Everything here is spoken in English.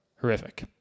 horrific